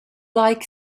like